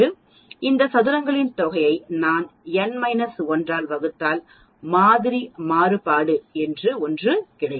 இந்த சதுரங்களின் தொகையை நான் n 1 ஆல் வகுத்தால் மாதிரி மாறுபாடு என்று ஒன்று கிடைக்கும்